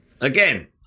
again